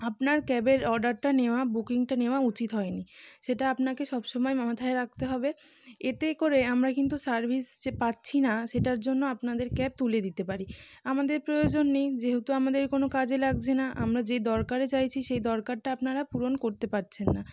আপনার ক্যাবের অর্ডারটা নেওয়া বুকিংটা নেওয়া উচিত হয়নি সেটা আপনাকে সবসময় মাথায় রাখতে হবে এতে করে আমরা কিন্তু সার্ভিস যে পাচ্ছি না সেটার জন্য আপনাদের ক্যাব তুলে দিতে পারি আমাদের প্রয়োজন নেই যেহেতু আমাদের কোনও কাজে লাগছে না আমরা যে দরকারে চাইছি সেই দরকারটা আপনারা পূরণ করতে পারছেন না